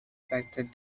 expected